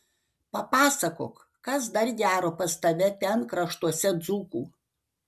papasakok kas dar gero pas tave ten kraštuose dzūkų